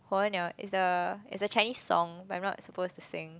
火鸟:Huo Niao is a is a Chinese song but I'm not supposed to sing